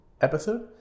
episode